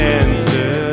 answer